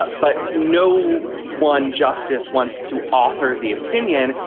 but but no one justice wants to author the opinion.